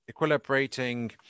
equilibrating